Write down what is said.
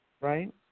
right